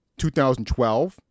2012